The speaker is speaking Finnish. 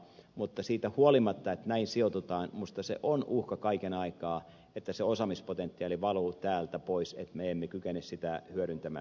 mutta siitä huolimatta että näin sijoitutaan minusta se on kaiken aikaa uhka että se osaamispotentiaali valuu täältä pois että me emme kykene sitä hyödyntämään